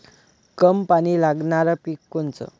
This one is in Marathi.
कमी पानी लागनारं पिक कोनचं?